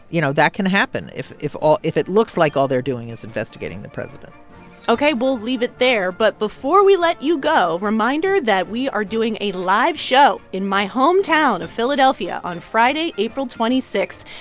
you know, that can happen if if all if it looks like all they're doing is investigating the president ok. we'll leave it there. but before we let you go, reminder that we are doing a live show in my hometown of philadelphia on friday, april twenty six,